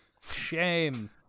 Shame